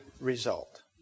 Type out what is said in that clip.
result